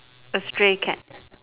A stray cat